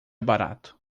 barato